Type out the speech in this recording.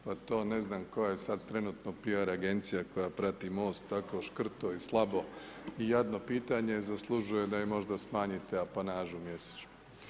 Pa to ne znam koja je sad trenutno PR agencija koja prati MOST tako škrto i slabo i jadno pitanje zaslužuje da im možda smanjite apanažu mjesečnu.